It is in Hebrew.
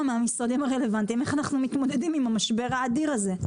מהמשרדים הרלוונטיים איך אנחנו מתמודדים עם המשבר האדיר הזה.